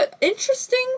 interesting